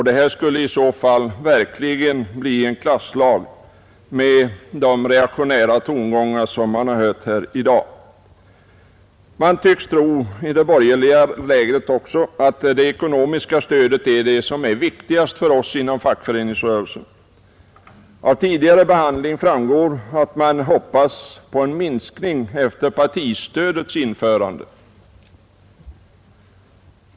Detta skulle verkligen — med de reaktionära tongångar vi hör i dag — bli en klasslag. Man tycks också tro i det borgerliga lägret, att det ekonomiska stödet är det viktigaste för oss inom fackföreningsrörelsen. Av tidigare behandling av frågan framgår, att man hoppats på en minskning av kollektivanslutningen efter partistödets införande.